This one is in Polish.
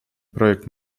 projekt